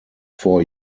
four